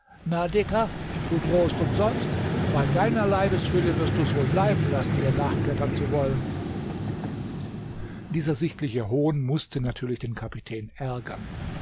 na dicker du drohst umsonst bei deiner leibesfülle wirst du's wohl bleiben lassen mir nachklettern zu wollen dieser sichtliche hohn mußte natürlich den kapitän ärgern